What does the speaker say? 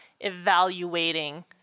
evaluating